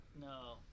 No